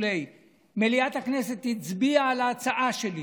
מליאת הכנסת הצביעה על ההצעה שלי,